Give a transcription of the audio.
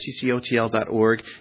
ccotl.org